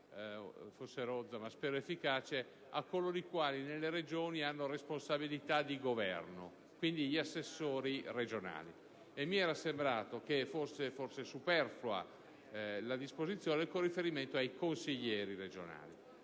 a coloro i quali nelle Regioni hanno responsabilità di governo, quindi gli assessori regionali, e mi era sembrato fosse superflua la disposizione con riferimento ai consiglieri regionali.